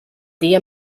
dia